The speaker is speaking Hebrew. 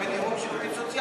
הם בדירוג של עובדים סוציאליים.